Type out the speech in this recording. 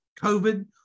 COVID